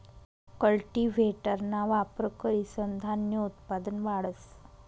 कल्टीव्हेटरना वापर करीसन धान्य उत्पादन वाढस